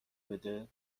بده